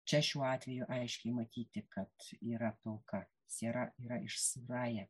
čia šiuo atveju aiškiai matyti kad yra pilka siera yra iš syraja